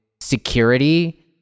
security